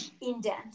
indent